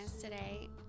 today